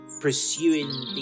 pursuing